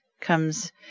comes